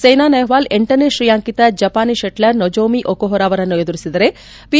ಸೈನಾ ನೆಹ್ವಾಲ್ ಲನೇ ಶ್ರೇಯಾಂಕಿತ ಜಪಾನಿ ಶೆಟ್ತರ್ ನೊಜೋಮಿ ಒಕೊಹರ ಅವರನ್ನು ಎದುರಿಸಿದರೆ ಪಿ